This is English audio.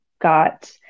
got